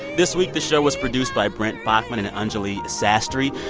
this week, the show was produced by brent baughman and anjuli sastry.